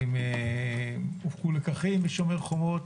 האם הופקו לקחים ב"שומר חומות"